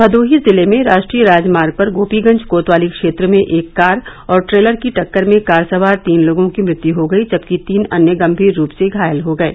भदोही जिले में राष्ट्रीय राजमार्ग पर गोपीगंज कोतवाली क्षेत्र में एक कार और ट्रेलर की टक्कर में कार सवार तीन लोगों की मृत्यु हो गई जबकि तीन अन्य गंभीर रूप से घायल हो गये